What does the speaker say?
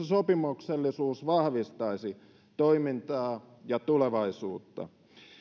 sopimuksellisuus vahvistaisi toimintaa ja tulevaisuutta